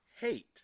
hate